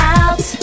out